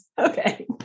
Okay